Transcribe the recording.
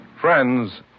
Friends